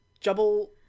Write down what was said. Jubble